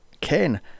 Ken